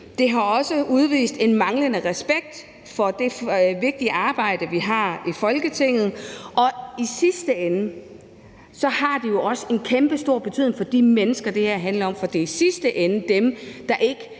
Der er også udvist en manglende respekt for det vigtige arbejde, vi har i Folketinget. Og i sidste ende har det jo også en kæmpestor betydning for de mennesker, det her handler om, for det er i sidste ende dem, der ikke